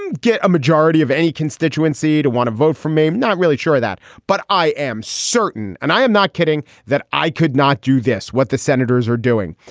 and get a majority of any constituency to want to vote for me. i'm not really sure that, but i am certain and i am not kidding that i could not do this. what the senators are doing.